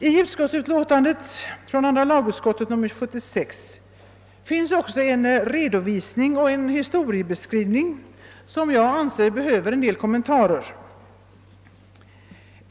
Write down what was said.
I andra lagutskottets utlåtande nr 76 finns också en redovisning och en hisstoriebeskrivning som vi anser behöver en del kommentarer.